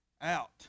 out